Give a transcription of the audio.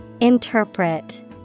Interpret